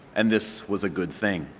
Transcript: and this was a good thing.